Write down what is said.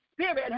Spirit